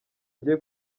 ngiye